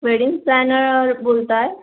wedding planner बोलत आहे